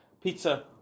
pizza